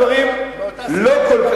כנראה הדברים לא כל כך,